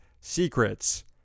secrets